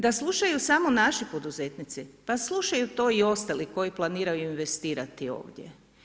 Da slušaju samo naši poduzetnici, pa slušaju to i ostali koji planiraju investirati ovdje.